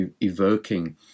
evoking